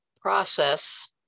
process